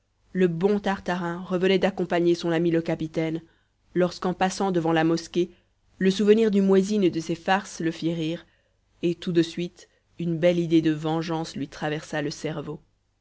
le bon tartarin revenait d'accompagner son ami le capitaine lorsqu'en passant devant la mosquée le souvenir du muezzin et de ses farces le fit rire et tout de suite une belle idée de vengeance lui traversa le cerveau